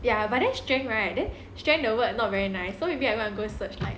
ya but then strength right then strength the word not very nice so if you wanna go search